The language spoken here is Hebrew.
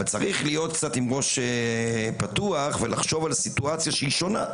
אבל צריך להיות קצת עם ראש פתוח ולחשוב על סיטואציה שהיא שונה,